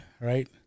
right